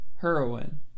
heroin